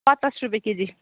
पचास रुपियाँ केजी